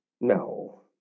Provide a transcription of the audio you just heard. No